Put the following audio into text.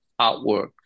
artwork